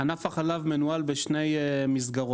ענף החלב מנוהל בשתי מסגרות.